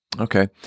Okay